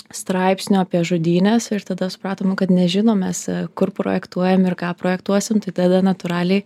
straipsnių apie žudynes ir tada supratom kad nežinom mes kur projektuojam ir ką projektuosime tai tada natūraliai